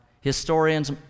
historians